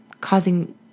causing